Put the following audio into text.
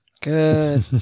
Good